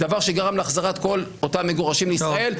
דבר שגרם להחזרת כל אותם מגורשים לישראל.